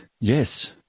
Yes